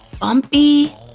bumpy